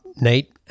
Nate